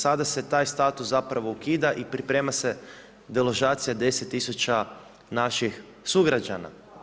Sada se taj status zapravo ukida i priprema se deložacija 10 tisuća naših sugrađana.